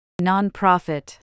Non-profit